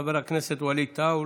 חבר הכנסת ווליד טאהא,